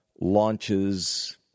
launches